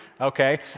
okay